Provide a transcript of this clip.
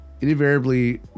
inevitably